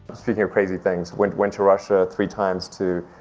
speaking of crazy things. went went to russia three times to